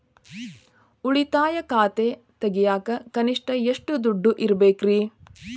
ಉಳಿತಾಯ ಖಾತೆ ತೆಗಿಯಾಕ ಕನಿಷ್ಟ ಎಷ್ಟು ದುಡ್ಡು ಇಡಬೇಕ್ರಿ?